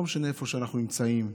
לא משנה איפה שאנחנו נמצאים,